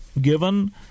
given